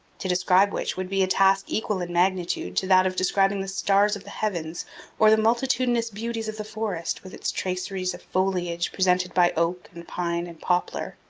to describe which would be a task equal in magnitude to that of describing the stars of the heavens or the multitudinous beauties of the forest with its traceries of foliage presented by oak and pine and poplar,